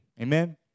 Amen